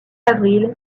avril